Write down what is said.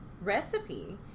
recipe